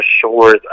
shores